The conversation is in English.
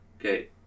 Okay